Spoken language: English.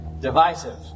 divisive